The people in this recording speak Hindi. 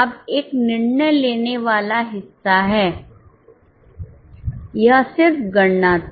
अब एक निर्णय लेने वाला हिस्सा है यह सिर्फ गणना थी